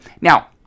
Now